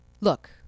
look